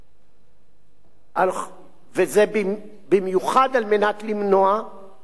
זה במיוחד על מנת למנוע את אותם חששות